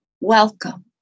Welcome